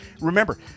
Remember